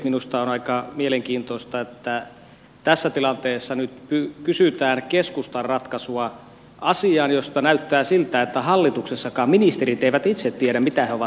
minusta on aika mielenkiintoista että tässä tilanteessa nyt kysytään keskustan ratkaisua asiaan joka näyttää siltä että hallituksessakaan ministerit eivät itse tiedä mitä he ovat päättäneet